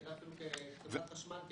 תראה אפילו את חברת החשמל כמייצג,